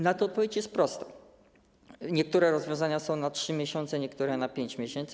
Na to odpowiedź jest prosta: niektóre rozwiązania są na 3 miesiące, niektóre na 5 miesięcy.